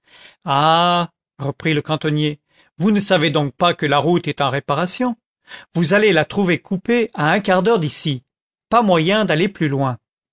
reprit le cantonnier vous ne savez donc pas que la route est en réparation vous allez la trouver coupée à un quart d'heure d'ici pas moyen d'aller plus loin